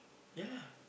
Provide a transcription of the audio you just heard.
ya